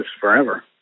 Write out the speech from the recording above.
forever